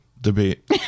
debate